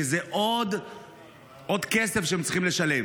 כי זה עוד כסף שהם צריכים לשלם.